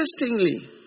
interestingly